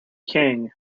king